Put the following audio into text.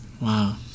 Wow